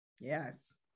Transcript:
Yes